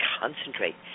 concentrate